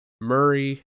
Murray